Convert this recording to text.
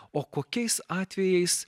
o kokiais atvejais